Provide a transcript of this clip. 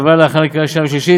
ולהעבירה להכנה לקריאה שנייה ושלישית